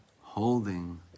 holding